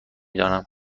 دانم